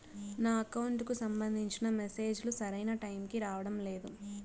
నా అకౌంట్ కు సంబంధించిన మెసేజ్ లు సరైన టైము కి రావడం లేదు